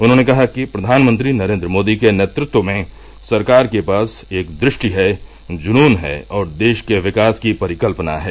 उन्हॉने कहा कि प्रधानमंत्री नरेन्द्र मोदी के नेतृत्व में सरकार के पास एक दृष्टि है जुनून है और देश के विकास की परिकल्पना है